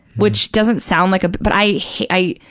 which doesn't sound like, but i ha, i,